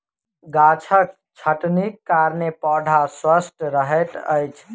गाछक छटनीक कारणेँ पौधा स्वस्थ रहैत अछि